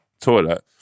toilet